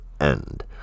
end